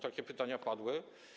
Takie pytania padły.